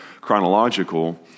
chronological